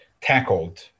tackled